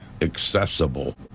accessible